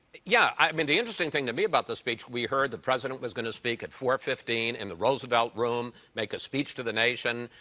yeah, i mean, the interesting to me about the speech, we heard the president was going to speak at four fifteen in the roosevelt room, make a speech to the nation.